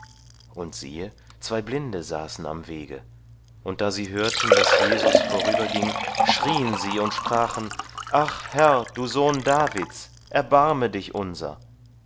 und siehe zwei blinde saßen am wege und da sie hörten daß jesus vorüberging schrieen sie und sprachen ach herr du sohn davids erbarme dich unser